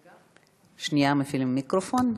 שנייה, מפעילים מיקרופון.